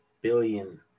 billion